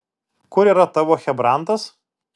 kur yra tavo chebrantas